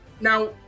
Now